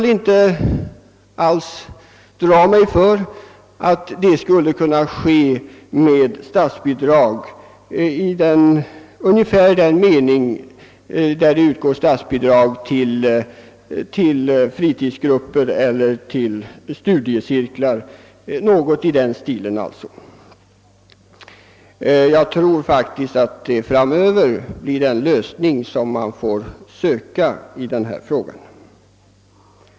För min del har jag inte någonting emot att den undervisningen bestrids med statsbidrag, exempelvis på ungefär samma sätt som då det utgår statsbidrag till fritidsgrupper eller studiecirklar. Jag tror faktiskt att detta framdeles blir lösningen på frågan.